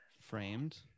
framed